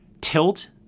tilt